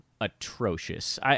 atrocious